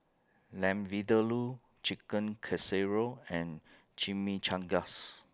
Lamb Vindaloo Chicken Casserole and Chimichangas